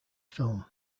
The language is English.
film